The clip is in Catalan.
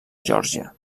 geòrgia